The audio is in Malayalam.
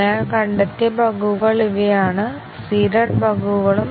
അതിനാൽ കണ്ടെത്തിയ ബഗുകൾ ഇവയാണ് സീഡഡ് ബഗുകളും സീഡ് ചെയ്യാത്ത ബഗുകളും